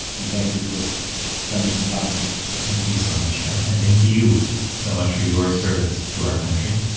and thank you for spending some time with us. thank you so much, chuck, and thank you you so much for your service to our country.